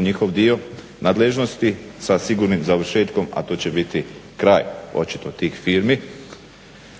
njihov dio nadležnosti sa sigurnim završetkom, a to će biti kraj očito tih firmi.